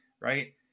right